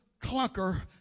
clunker